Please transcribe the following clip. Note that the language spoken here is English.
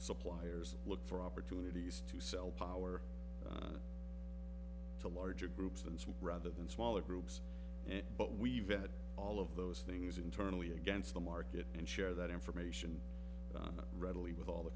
suppliers look for opportunities to sell power to larger groups and some rather than smaller groups but we've added all of those things internally against the market and share that information readily with all the